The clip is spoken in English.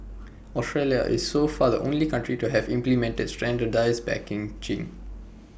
Australia is so far the only country to have implemented standardised packaging